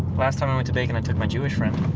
last time i went to bacon i took my jewish friend.